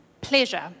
pleasure